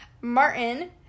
Martin